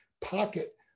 pocket